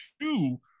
two